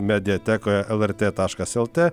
mediatekoje lrt taškas lt